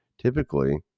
typically